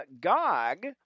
Gog